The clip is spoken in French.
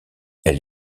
elle